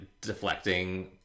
deflecting